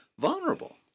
vulnerable